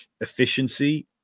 efficiency